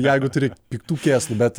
jeigu turi piktų kėslų bet